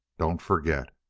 don't forget.